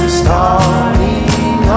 starting